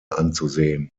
anzusehen